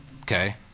Okay